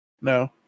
no